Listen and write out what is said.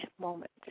moment